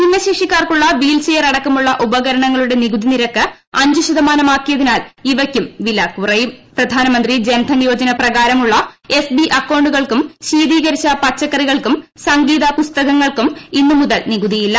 ഭിന്നശേഷിക്കാർക്കുള്ള wheelchair അടക്കമുള്ള നിക്കുതിരി ഉപകരണങ്ങളുടെ നിരക്ക് അഞ്ച് ശതമാനമാക്കിയതിനാൽ ഇവക്കും വില കുറയും പ്രധാനമന്ത്രി ജൻ ധൻ യോജന പ്രക്ടാർമുള്ള എസ്ബി അക്കൌണ്ടുകൾക്കും ശീതീകരിച്ചു പച്ചക്കറികൾക്കും സംഗീത പുസ്തകങ്ങൾക്കും ഇന്നു മുതൽ നികുതിയില്ല